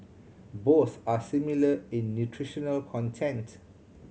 both are similar in nutritional content